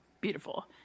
Beautiful